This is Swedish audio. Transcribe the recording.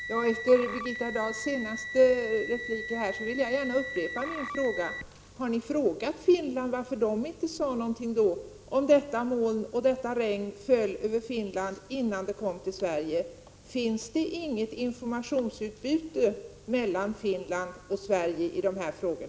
Herr talman! Efter Birgitta Dahls senaste replik vill jag gärna upprepa min fråga: Har ni frågat Finland varför man inte där sade någonting om huruvida regn från det aktuella molnet föll över Finland, innan det kom till Sverige? Finns det inget informationsutbyte mellan Finland och Sverige i dessa frågor?